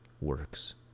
works